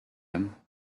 him